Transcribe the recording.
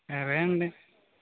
సరే అండి